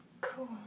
cool